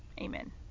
Amen